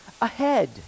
ahead